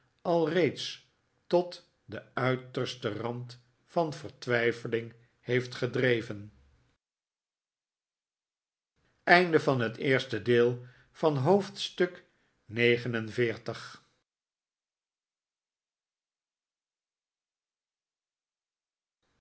alreeds tot den uitersten rand van vertwijfeling heeft gedreven